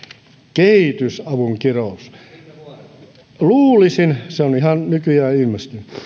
kehitysavun kirous se on ihan nykyään ilmestynyt